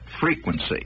frequency